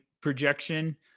projection